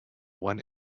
one